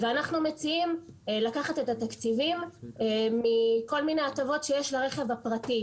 אנחנו מציעים לקחת את התקציבים מכל מיני הטבות שיש לרכב הפרטי,